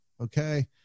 Okay